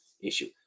issue